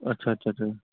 اچھا اچھا اچھا